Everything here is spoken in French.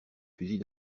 fusil